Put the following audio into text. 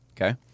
Okay